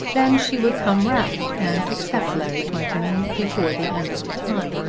then she would come round and accept larry twentyman before the end of the time.